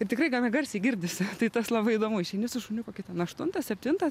ir tikrai gana garsiai girdisi tai tas labai įdomu išeini su šuniuku ten aštuntą septintą